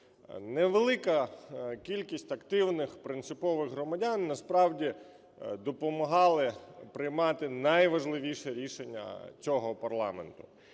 Невелика кількість активних принципових громадян насправді допомагали приймати найважливіші рішення цього парламенту.